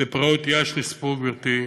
בפרעות יאש נספו, גברתי,